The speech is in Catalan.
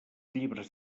llibres